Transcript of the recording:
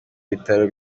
bitaro